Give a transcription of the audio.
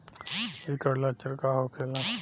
ऐकर लक्षण का होखेला?